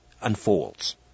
unfolds